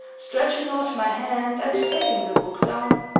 stretching out my hand and taking the book down.